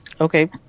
Okay